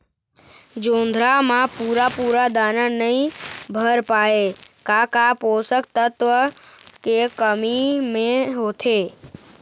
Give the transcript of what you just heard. जोंधरा म पूरा पूरा दाना नई भर पाए का का पोषक तत्व के कमी मे होथे?